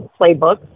playbook